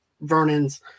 Vernon's